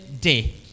day